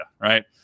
right